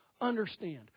Understand